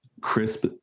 crisp